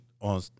on